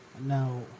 Now